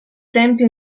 tempio